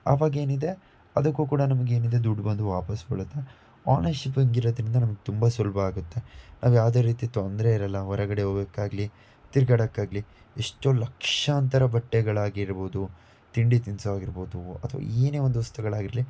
ಅವಾಗೇನಿದೆ ಅದಕ್ಕೂ ಕೂಡ ನಮಗೆ ಏನಿದೆ ದುಡ್ಡು ಬಂದು ವಾಪಸ್ ಬೀಳುತ್ತೆ ಆನ್ಲೈನ್ ಶಿಪ್ಪಿಂಗ್ ಇರೋದರಿಂದ ನಮ್ಗೆ ತುಂಬ ಸುಲಭ ಆಗುತ್ತೆ ಅವು ಯಾವುದೇ ರೀತಿ ತೊಂದರೆ ಇರೋಲ್ಲ ಹೊರಗಡೆ ಹೋಗೋಕ್ಕಾಗ್ಲಿ ತಿರ್ಗಾಡೋಕ್ಕಾಗ್ಲಿ ಏಷ್ಟೋ ಲಕ್ಷಾಂತರ ಬಟ್ಟೆಗಳಾಗಿರ್ಬೋದು ತಿಂಡಿ ತಿನಿಸು ಆಗಿರ್ಬೋದು ಅಥವಾ ಏನೇ ಒಂದು ವಸ್ತುಗಳಾಗಿರಲಿ